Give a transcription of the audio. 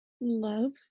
love